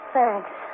Thanks